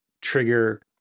trigger